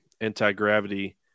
anti-gravity